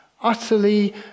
utterly